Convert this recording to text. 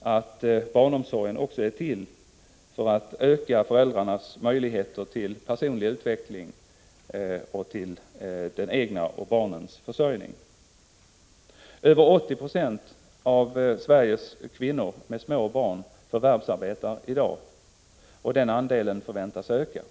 att barnomsorgen också är till för att öka Prot. 1985/86:43 föräldrarnas möjligheter till personlig utveckling och till deras egen och 4 december 1985 barnens försörjning. Över 80 26 av Sveriges kvinnor med små barn förvärvsarbetar i dag. Andelen förväntas öka.